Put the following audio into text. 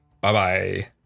Bye-bye